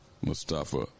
Mustafa